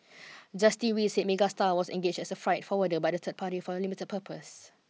Justice Wei said Megastar was engaged as a freight forwarder by the third party for a limited purpose